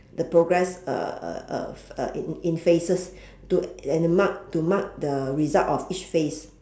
the progress uh uh uh uh in in phases to and mark to mark the result of each phase